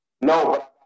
No